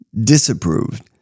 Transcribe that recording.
disapproved